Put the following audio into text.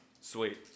Sweet